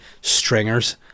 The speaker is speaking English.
stringers